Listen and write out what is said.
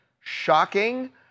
shocking